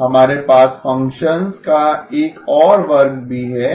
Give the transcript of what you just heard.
हमारे पास फ़ंक्शंस का एक और वर्ग भी है